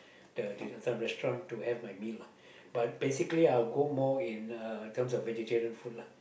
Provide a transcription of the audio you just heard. the this certain restaurant to have my meal lah but basically I'll go more in uh terms of vegetarian food lah